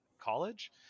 college